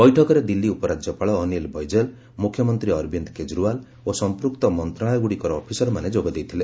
ବୈଠକରେ ଦିଲ୍ଲୀ ଉପରାଜ୍ୟପାଳ ଅନିଲ୍ ବୈଜଲ୍ ମୁଖ୍ୟମନ୍ତ୍ରୀ ଅରବିନ୍ଦ କେଜରିଓ୍ୱାଲ୍ ଓ ସମ୍ପୃକ୍ତ ମନ୍ତ୍ରଣାଳୟଗୁଡ଼ିକର ଅଫିସରମାନେ ଯୋଗ ଦେଇଥିଲେ